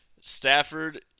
Stafford